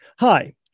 Hi